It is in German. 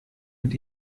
mit